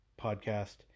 podcast